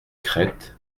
crête